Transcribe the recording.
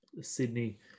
Sydney